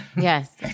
Yes